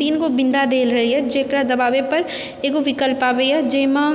तीन गो बिन्दा देल रहैए जकर दबावैपर एगो विकल्प आबैए जाहिमे